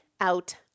out